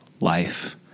life